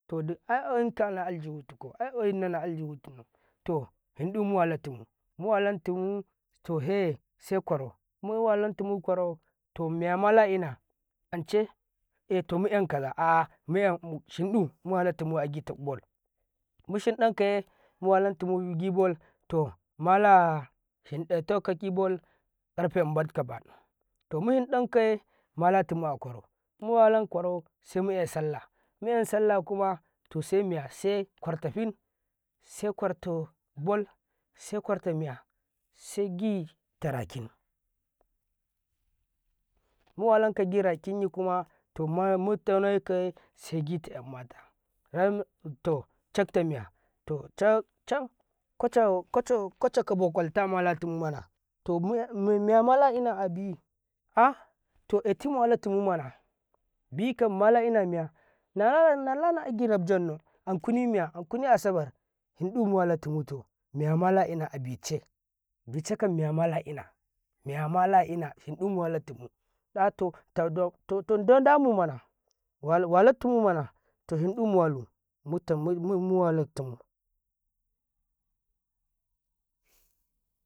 Toɗi aiƙwayi tala aldifutukau ai ƙwayinnau ta ladajifu tunau to hindu muwa latu mu malantumu to he seƙwarau muwa lantumu ƙwarau tomiyama mala ina ance to miekaza oh miya shindu muwalantumu agibol mushin dan kaye muwalantumu agibal malashin datanka tagibol ƙarfe inbad kabadu to mushin dan kaye malatumu aƙwaro se ƙwar tabal se ƙwarta miya segi tarakin muwa lanka girakinyi kuma to ma mutau neka yese segi ta emma mata ramto catta miya to can ƙwa cokobo ƙwalta mala tummana tomi yamala ina abi ah to etimuwa lantumu mana bikam mala ina miya alana agirab Jenau ankuni miya ankuni asabar hindu mu walatumutu miya mala ina abice bicekam miya mala ina miyamal ina shindu muwala tumu dato todan walan tuma mana tohindu muwala tumumana muma muwala tumu.